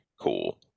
cool